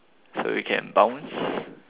so you can bounce